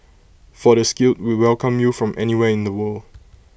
for the skilled we welcome you from anywhere in the world